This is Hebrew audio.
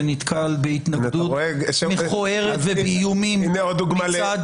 שנתקל בהתנגדות מכוערת ובאיומים מצד